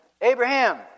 Abraham